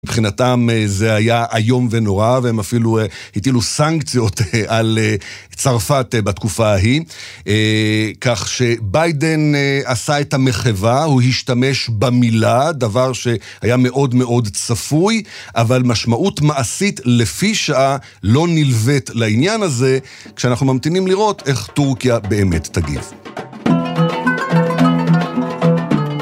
מבחינתם זה היה איום ונורא, והם אפילו הטילו סנקציות על צרפת בתקופה ההיא. כך שביידן עשה את המחווה, הוא השתמש במילה, דבר שהיה מאוד מאוד צפוי, אבל משמעות מעשית לפי שעה לא נלווית לעניין הזה, כשאנחנו ממתינים לראות איך טורקיה באמת תגיב.